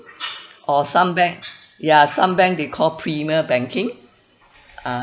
or some bank ya some bank they call premier banking uh